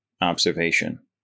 observation